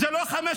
זה לא 5%,